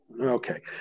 Okay